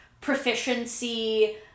proficiency